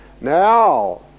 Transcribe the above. Now